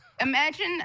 imagine